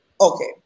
Okay